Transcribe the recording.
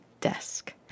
desk